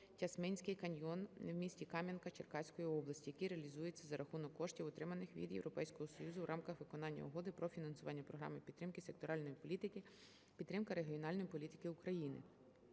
"Тясминський каньйон" в місті Кам'янка, Черкаської області, який реалізується за рахунок коштів, отриманих від Європейського Союзу у рамках виконання Угоди про фінансування Програми підтримки секторальної політики - Підтримка регіональної політики України.